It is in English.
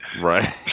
Right